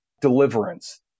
deliverance